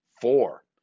Four